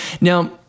now